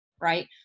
right